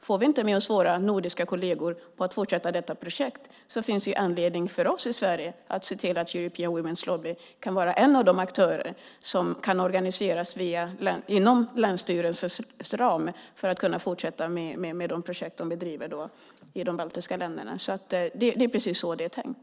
Om vi inte får med oss våra nordiska kolleger på att fortsätta detta projekt finns det anledning för oss i Sverige att se till att European Women's Lobby kan vara en av de aktörer som kan organiseras inom länsstyrelsens ram. På så sätt kan organisationen fortsätta med de projekt den driver i de baltiska länderna. Det är precis så det är tänkt.